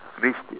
which t~